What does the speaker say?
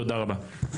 תודה רבה.